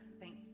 Thank